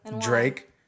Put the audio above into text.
Drake